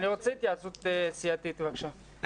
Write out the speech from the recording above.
רם, אני רוצה התייעצות סיעתית בבקשה.